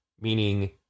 meaning